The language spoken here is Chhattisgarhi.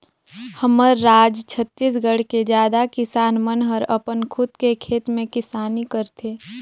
हमर राज छत्तीसगढ़ के जादा किसान मन हर अपन खुद के खेत में किसानी करथे